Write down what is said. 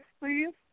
please